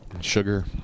Sugar